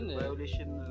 violation